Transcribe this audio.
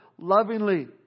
lovingly